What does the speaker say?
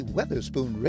Weatherspoon